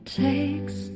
takes